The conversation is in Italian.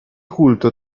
culto